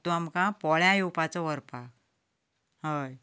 तूं आमकां पोळ्यां येवपाचो व्हरपाक हय